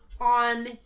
on